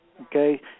Okay